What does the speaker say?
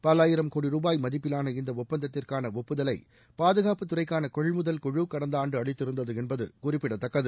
பல்வாயிரம் கோடி ரூபாய் மதிப்பிலான இந்த ஒப்பந்தத்திற்கான ஒப்புதலை பாதுகாப்புத்துறைக்கான கொள்முதல் குழு கடந்த ஆண்டு அளித்திருந்தது என்பது குறிப்பிடத்தக்கது